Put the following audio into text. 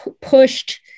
pushed